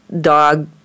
dog